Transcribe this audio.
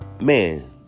man